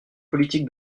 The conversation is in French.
politique